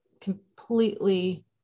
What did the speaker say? completely